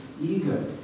ego